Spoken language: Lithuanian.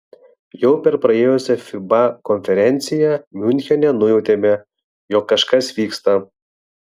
jau per praėjusią fiba konferenciją miunchene nujautėme jog kažkas vyksta